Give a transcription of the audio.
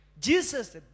Jesus